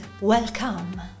welcome